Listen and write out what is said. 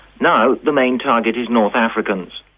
now the main target is north africans.